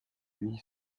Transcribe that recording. lui